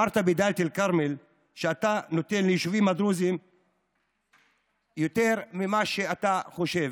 אמרת בדאלית אל-כרמל שאתה נותן ליישובים דרוזיים יותר ממה שאתה חושב,